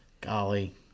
Golly